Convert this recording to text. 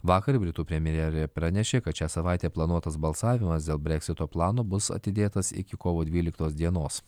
vakar britų premjerė pranešė kad šią savaitę planuotas balsavimas dėl breksito plano bus atidėtas iki kovo dvyliktos dienos